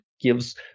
Gives